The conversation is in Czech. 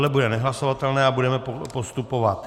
To bude nehlasovatelné a budeme postupovat.